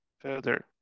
further